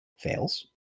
Fails